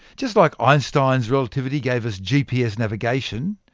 just like einstein's relativity gave us gps navigation,